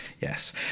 Yes